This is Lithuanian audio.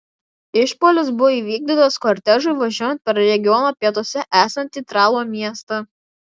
išpuolis buvo įvykdytas kortežui važiuojant per regiono pietuose esantį tralo miestą